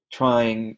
trying